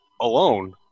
alone